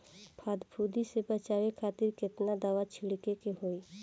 फाफूंदी से बचाव खातिर केतना दावा छीड़के के होई?